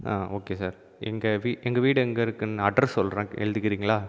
okay sir எங்கள் எங்கள் வீடு எங்கே இருக்குனு அட்ரஸ் சொல்கிறேன் எழுதிக்கிறிங்களா